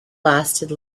lasted